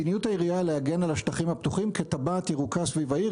מדיניות העירייה היא להגן על השטחים הפתוחים כטבעת ירוקה סביב העיר.